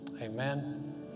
amen